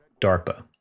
DARPA